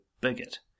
bigot